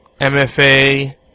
MFA